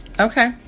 Okay